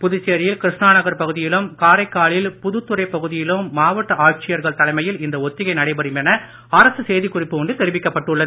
புதுச்சேரியில் கிருஷ்ணாநகர் பகுதியிலும் காரைக்காலில் புதுத்துறை பகுதியலும் மாவட்ட ஆட்சியர்கள் தலைமையில் இந்த ஒத்திகை நடைபெறும் என அரசு செய்திக் குறிப்பு ஒன்றில் தெரிவிக்கப்பட்டுள்ளது